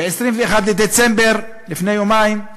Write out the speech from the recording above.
ב-21 בדצמבר, לפני יומיים,